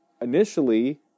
initially